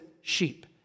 sheep